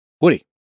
Woody